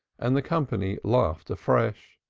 and the company laughed afresh.